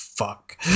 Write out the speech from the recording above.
fuck